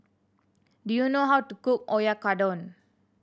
do you know how to cook Oyakodon